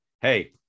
Hey